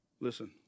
Listen